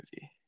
movie